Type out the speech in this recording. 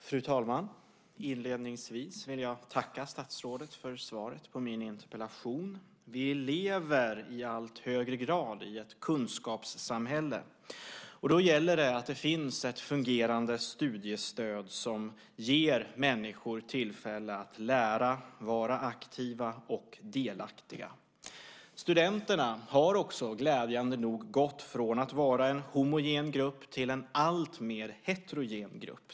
Fru talman! Inledningsvis vill jag tacka statsrådet för svaret på min interpellation. Vi lever i allt högre grad i ett kunskapssamhälle. Då gäller det att det finns ett fungerande studiestöd som ger människor tillfälle att lära, vara aktiva och vara delaktiga. Studenterna har också glädjande nog gått från att vara en homogen grupp till att bli en alltmer heterogen grupp.